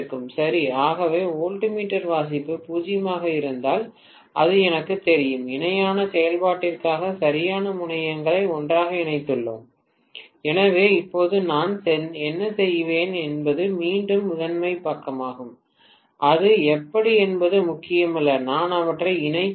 சரி ஆகவே வோல்ட்மீட்டர் வாசிப்பு 0 ஆக இருந்தால் அது எனக்குத் தெரியும் இணையான செயல்பாட்டிற்காக சரியான முனையங்களை ஒன்றாக இணைத்துள்ளேன் எனவே இப்போது நான் என்ன செய்வேன் என்பது மீண்டும் முதன்மை பக்கமாகும் அது எப்படி என்பது முக்கியமல்ல நான் அவற்றை இணைக்கிறேன்